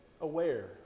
aware